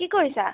কি কৰিছা